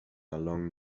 along